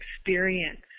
experience